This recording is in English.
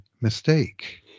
mistake